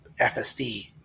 FSD